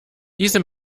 diese